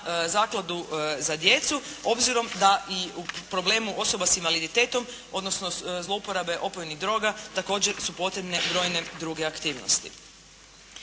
zakladu za djecu, obzirom da i u problemu osoba s invaliditetom, odnosno zlouporabe opojnih droga, također su potrebne brojne druge aktivnosti.